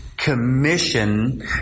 Commission